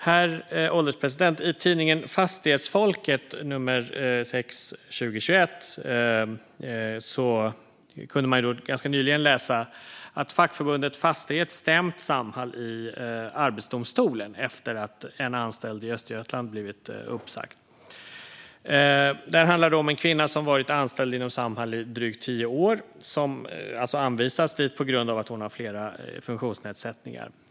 Herr ålderspresident! I tidningen Fastighetsfolket nummer 6 2021 kunde man ganska nyligen läsa att fackförbundet Fastighets stämt Samhall i Arbetsdomstolen efter att en anställd i Östergötland blivit uppsagd. Det handlade om en kvinna som varit anställd inom Samhall i drygt tio år och som anvisats dit på grund av flera funktionsnedsättningar.